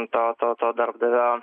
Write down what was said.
to to to darbdavio